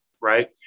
Right